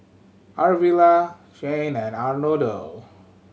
Arvilla Cain and Arnoldo